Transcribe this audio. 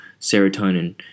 serotonin